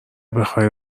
بخای